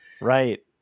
Right